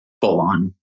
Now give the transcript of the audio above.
full-on